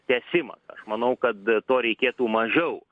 tęsimas aš manau kad to reikėtų mažiau